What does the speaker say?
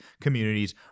communities